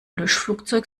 löschflugzeug